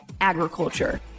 agriculture